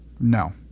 no